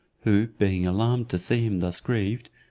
who being alarmed to see him thus grieved,